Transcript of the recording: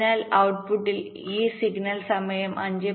അതിനാൽ ഔട്ട്പുറ്റിൽ ഈ സിഗ്നൽ സമയം 5